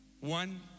One